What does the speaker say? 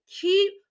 Keep